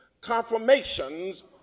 confirmations